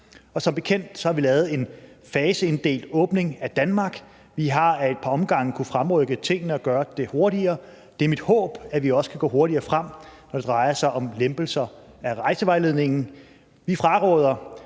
som bekendt har vi lavet en faseinddelt åbning af Danmark. Vi har ad et par omgange kunnet fremrykke tingene og gøre det hurtigere. Det er mit håb, at vi også kan gå hurtigere frem, når det drejer sig om lempelser af rejsevejledningen. Vi fraråder